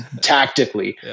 tactically